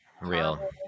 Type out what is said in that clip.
real